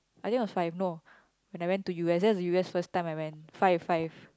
I think If I know when I went to u_s that's the u_s first time I went five five